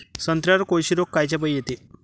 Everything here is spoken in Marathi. संत्र्यावर कोळशी रोग कायच्यापाई येते?